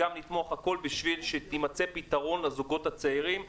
על מנת שיימצא פתרון עבור הזוגות הצעירים.